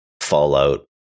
fallout